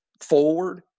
forward